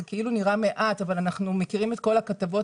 זה אולי נראה מעט אבל אנחנו מכירים את כל הכתבות